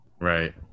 right